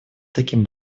таким